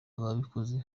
ababikoze